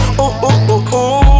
Ooh-ooh-ooh-ooh